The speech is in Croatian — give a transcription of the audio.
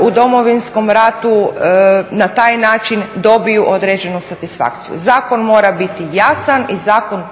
u Domovinskom ratu na taj način dobiju određenu satisfakciju. Zakon mora biti jasan i zakon